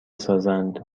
سازند